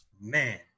Man